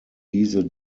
diese